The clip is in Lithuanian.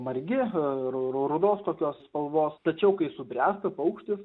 margi ru ru rudos tokios spalvos tačiau kai subręsta paukštis